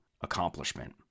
accomplishment